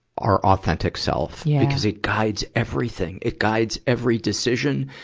our authentic self, because it guides everything. it guides every decision.